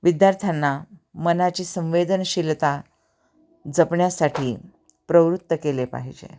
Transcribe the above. विद्यार्थ्यांना मनाची संवेदनशीललता जपण्यासाठी प्रवृत्त केले पाहिजे